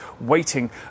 waiting